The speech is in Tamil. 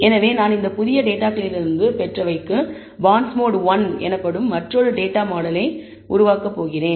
எனவே நான் இந்த புதிய டேட்டாகளிலிருந்து பாண்ட்ஸ்மோட்ஒன் எனப்படும் மற்றொரு டேட்டா மாடலை உருவாக்கப் போகிறேன்